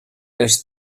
els